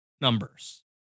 numbers